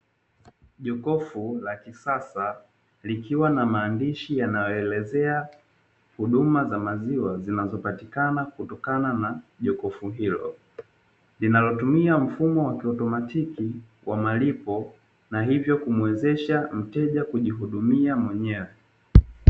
Jokofu la kisasa likiwa na maandishi yanayoelezea huduma za maziwa, zinazopatikana kutokana na jokofu hilo, linalotumia mfumo wa kiotomatiki wa malipo na hivyo kumuwezesha mteja kujihudumia mwenyewe.